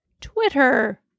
Twitter